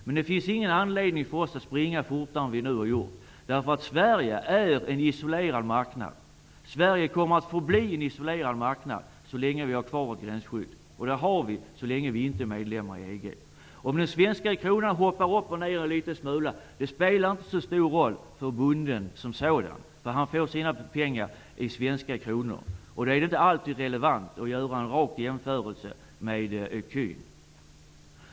Men det finns ingen anledning för oss att springa fortare än vad vi har gjort. Sverige är en isolerad marknad. Sverige kommer att förbli en isolerad marknad så länge gränsskyddet finns kvar. Det kommer att vara kvar så länge Sverige inte är medlem i EG. Om den svenska kronan hoppar upp eller ned en liten smula spelar inte så stor roll för bonden som sådan. Han får sina pengar i svenska kronor. Det är inte alltid relevant att göra en rak jämförelse med ecu.